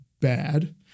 bad